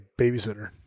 babysitter